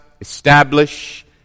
establish